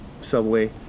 Subway